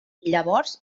llavors